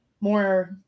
more